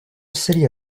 city